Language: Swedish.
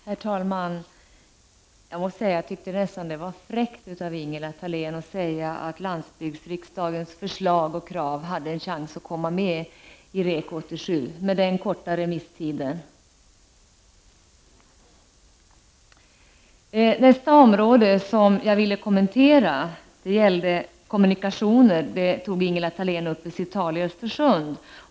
Herr talman! Jag måste säga att jag tyckte att det var nästan fräckt av Ingela Thalén att säga att landsbygdsriksdagens krav och förslag hade en chans att komma med i REK 87 med den korta remisstiden! Nästa område som jag vill kommentera gäller kommunikationer. Det tog Ingela Thalén upp i sitt tal i Östersund.